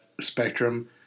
spectrum